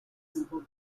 simple